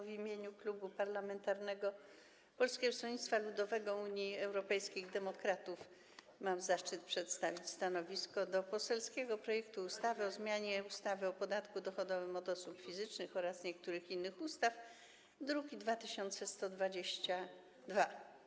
W imieniu Klubu Poselskiego Polskiego Stronnictwa Ludowego - Unii Europejskich Demokratów mam zaszczyt przedstawić stanowisko wobec poselskiego projektu ustawy o zmianie ustawy o podatku dochodowym od osób fizycznych oraz niektórych innych ustaw, druk nr 2122.